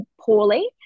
poorly